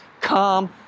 come